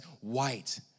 white